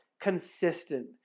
consistent